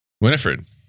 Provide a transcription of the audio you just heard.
Winifred